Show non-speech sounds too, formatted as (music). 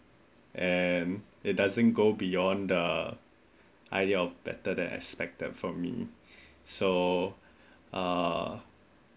and it doesn't go beyond the idea of better than expected for me (breath) so uh